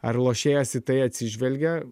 ar lošėjas į tai atsižvelgia